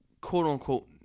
quote-unquote